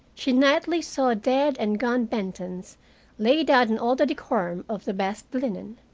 she nightly saw dead and gone bentons laid out in all the decorum of the best linen.